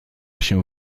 się